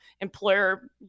employer